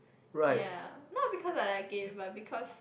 ya not because I like it but because